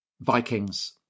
Vikings